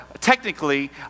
technically